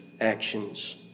actions